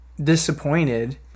disappointed